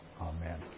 Amen